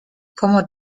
como